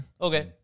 Okay